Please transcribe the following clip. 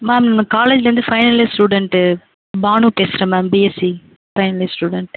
ma'am நம் காலேஜ்லேந்து final year student Banu பேசறேன் ma'am BSc final year student